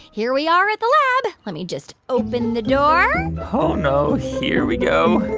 here we are at the lab. let me just open the door oh, no. here we go